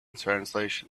translation